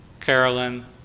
carolyn